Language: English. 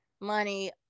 money